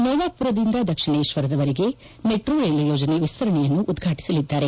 ನೊವಾಪುರದಿಂದ ದಕ್ಷಿಣೇಶ್ವರದವರೆಗೆ metro rail ಯೋಜನೆ ವಿಸ್ತರಣೆಯನ್ನು ಉದ್ಘಾಟಸಲಿದ್ದಾರೆ